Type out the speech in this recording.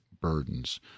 burdens